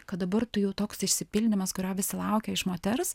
kad dabar tu jau toks išsipildymas kurio visi laukia iš moters